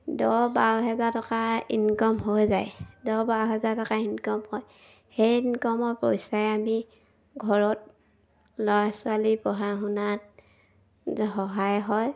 দহ বাৰ হেজাৰ টকা ইনকম হৈ যায় দহ বাৰ হেজাৰ টকা ইনকম হয় সেই ইনকমৰ পইচাই আমি ঘৰত ল'ৰা ছোৱালী পঢ়া শুনাত সহায় হয়